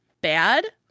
bad